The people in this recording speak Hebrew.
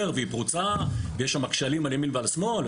והיא פרוצה ויש שם כשלים על ימין ועל שמאל,